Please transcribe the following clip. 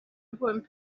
important